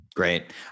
Great